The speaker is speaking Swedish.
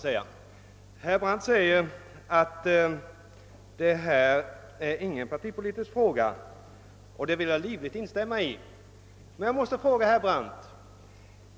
Herr Brandt sade att det inte är någon partipolitisk fråga och jag vill livligt instämma i detta men jag måste be att få framhålla ett par saker för herr Brandt.